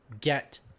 get